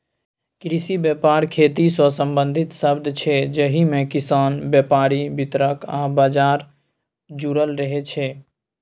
कृषि बेपार खेतीसँ संबंधित शब्द छै जाहिमे किसान, बेपारी, बितरक आ बजार जुरल रहय छै